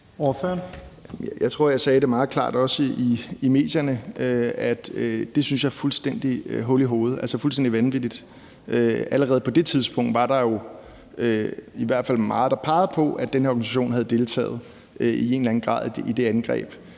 Jeg tror, jeg sagde det meget klart, også i medierne, at det synes jeg er fuldstændig hul i hovedet, altså fuldstændig vanvittigt. Allerede på det tidspunkt var der jo i hvert fald meget, der pegede på, at den her organisation havde deltaget i en eller